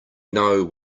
know